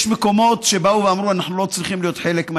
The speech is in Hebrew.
יש מקומות שבאו ואמרו: אנחנו לא צריכים להיות חלק,